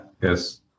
yes